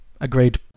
agreed